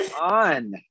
on